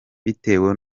bitewe